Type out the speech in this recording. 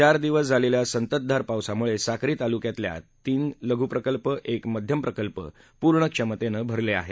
चार दिवस झालेल्या संततधार पावसामुळे साक्री तालुक्यातील तीन लघु प्रकल्प एक मध्यम प्रकल्प पूर्ण क्षमतेनं भरला आहे